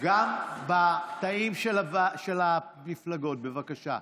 גם בקטעים של המפלגות, בבקשה.